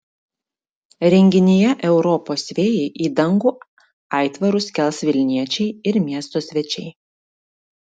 renginyje europos vėjai į dangų aitvarus kels vilniečiai ir miesto svečiai